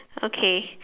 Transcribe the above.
okay